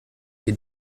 sie